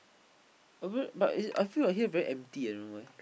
over uh I feel like here very empty I don't know why